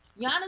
Giannis